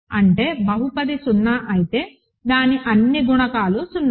అంటే బహుపది 0 అయితే దాని అన్ని గుణకాలు 0